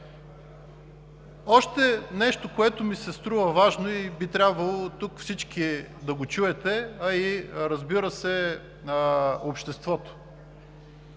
Още нещо, което ми се струва важно, и би трябвало тук всички да го чуете, а, разбира се, и обществото.